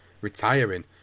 retiring